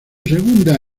segunda